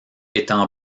étant